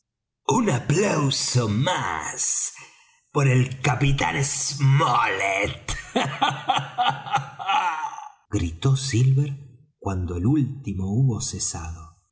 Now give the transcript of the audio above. un aplauso más por el capitán smollet gritó silver cuando el último hubo cesado